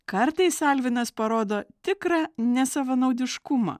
kartais alvinas parodo tikrą nesavanaudiškumą